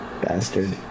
bastard